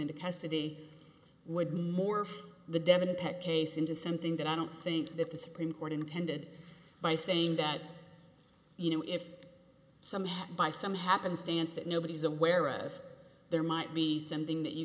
into custody would more for the devon pet case into something that i don't think that the supreme court intended by saying that you know if somehow by some happenstance that nobody's aware of there might be something that you